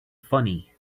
funny